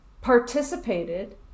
participated